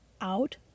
out